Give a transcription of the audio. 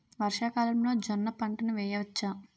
వర్షాకాలంలో జోన్న పంటను వేయవచ్చా?